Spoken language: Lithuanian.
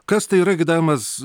kas tai yra gidavimas